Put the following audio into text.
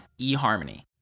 eHarmony